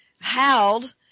howled